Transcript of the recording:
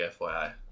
FYI